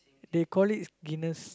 they call it Guinness